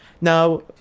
Now